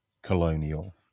colonial